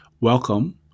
Welcome